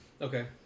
Okay